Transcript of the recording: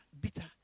bitter